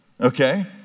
Okay